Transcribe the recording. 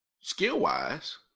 skill-wise